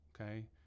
okay